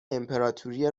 امپراتوری